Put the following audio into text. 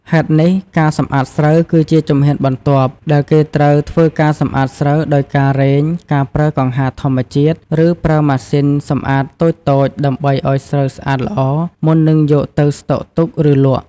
ហេតុនេះ ការសម្អាតស្រូវ គឺជាជំហានបន្ទាប់ ដែលគេត្រូវធ្វើការសម្អាតស្រូវដោយការរែង ការប្រើកង្ហារធម្មជាតិ ឬប្រើម៉ាស៊ីនសម្អាតតូចៗ ដើម្បីឲ្យស្រូវស្អាតល្អ មុននឹងយកទៅស្តុកទុក ឬលក់។